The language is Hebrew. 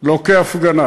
לא כהפגנה,